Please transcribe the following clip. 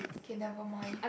okay never mind